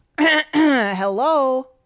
Hello